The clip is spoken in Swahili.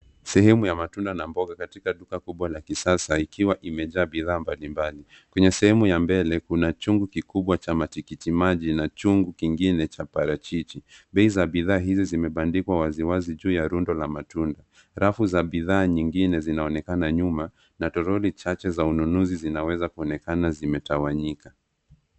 Sehemu ya matunda na mboga katika duka kubwa la kisasa, ikiwa imejaa bidhaa mbalimbali. Kwenye sehemu ya mbele, kuna chungu kikubwa cha matikiti maji na chungu kingine cha parachichi. Bei za bidhaa hizi zimebandikwa waziwazi juu ya rundo la matunda. Rafu za bidhaa nyingine zinaonekana nyuma, na toroli chache za ununuzi zinaweza kuonekana zimetawanyika.